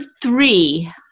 three